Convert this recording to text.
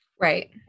Right